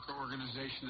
organization